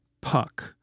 Puck